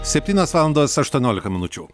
septynios valandos aštuoniolika minučių